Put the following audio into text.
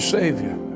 Savior